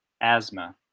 asthma